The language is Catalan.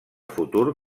futur